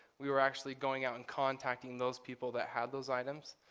we were actually going out and contacting those people that had those items.